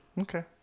Okay